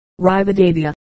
Rivadavia